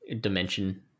dimension